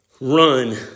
run